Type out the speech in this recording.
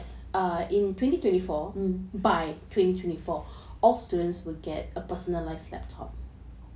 mm